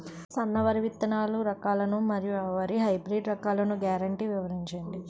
సన్న వరి విత్తనాలు రకాలను మరియు వరి హైబ్రిడ్ రకాలను గ్యారంటీ వివరించండి?